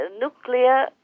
nuclear